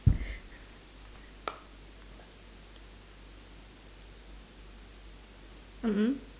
mm mm